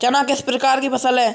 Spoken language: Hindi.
चना किस प्रकार की फसल है?